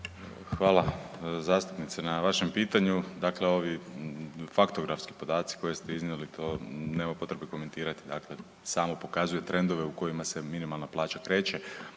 Hvala zastupnice na vašem pitanju. Dakle, ovi faktografski podaci koje ste iznijeli to nema potrebe komentirati dakle samo pokazuje trendove u kojima se minimalna plaća kreće.